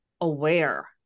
aware